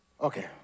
Okay